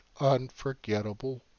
unforgettable